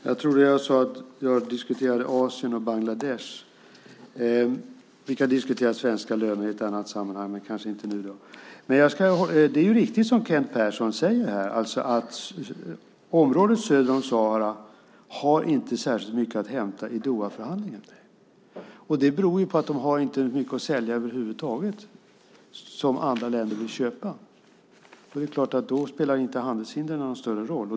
Fru talman! Jag trodde att jag sade att jag diskuterar Asien och Bangladesh. Vi kan diskutera svenska löner i ett annat sammanhang, men kanske inte nu. Det är riktigt som Kent Persson säger, nämligen att området söder om Sahara inte har särskilt mycket att hämta i Dohaförhandlingarna. Det beror på att de inte har mycket att sälja över huvud taget som andra länder vill köpa. Då spelar handelshindren inte någon större roll.